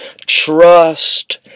trust